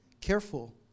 Careful